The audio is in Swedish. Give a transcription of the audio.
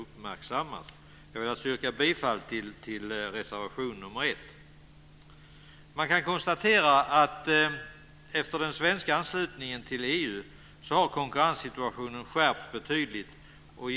Jag yrkar bifall till reservation nr 1. Man kan konstatera att konkurrenssituationen efter den svenska anslutningen till EU har skärpts betydligt.